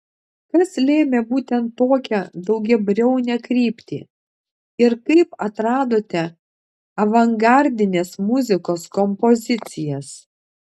kas lėmė būtent tokią daugiabriaunę kryptį ir kaip atradote avangardinės muzikos kompozicijas